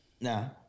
No